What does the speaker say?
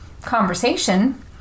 conversation